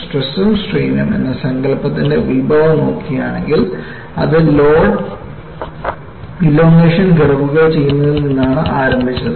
stress ഉം strain ഉം എന്ന സങ്കല്പത്തിന്റെ ഉൽഭവം നോക്കുകയാണെങ്കിൽ അത് ലോഡ് എലോംഗേഷൻ കർവുകൾ ചെയ്യുന്നതിൽ നിന്നാണ് ആരംഭിച്ചത്